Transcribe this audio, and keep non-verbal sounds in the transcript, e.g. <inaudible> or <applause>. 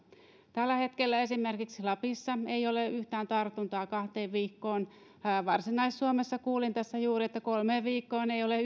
tällä hetkellä esimerkiksi lapissa ei ole yhtään tartuntaa kahteen viikkoon varsinais suomesta kuulin tässä juuri että kolmeen viikkoon ei ole <unintelligible>